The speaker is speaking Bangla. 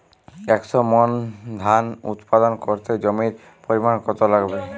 একশো মন ধান উৎপাদন করতে জমির পরিমাণ কত লাগবে?